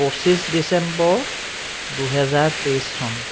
পঁচিছ ডিচেম্বৰ দুহেজাৰ তেইছ চন